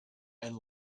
and